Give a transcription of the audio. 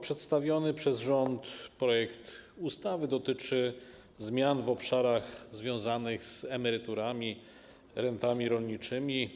Przedstawiony przez rząd projekt ustawy dotyczy zmian w obszarach związanych z emeryturami, rentami rolniczymi.